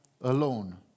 alone